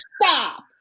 stop